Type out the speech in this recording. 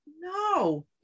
no